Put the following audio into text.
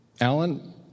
Alan